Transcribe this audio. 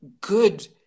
good